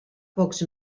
pocs